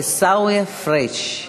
עיסאווי פריג'.